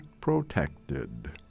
protected